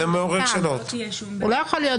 הוא לא יכול להיות בעל-פה.